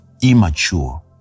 immature